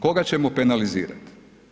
Koga ćemo penalizirat?